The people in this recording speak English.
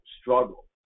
struggle